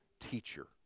teacher